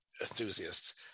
enthusiasts